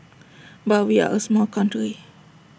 but we are A small country